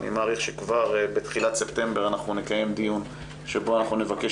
אני מעריך שכבר בתחילת ספטמבר אנחנו נקיים דיון שבו אנחנו נבקש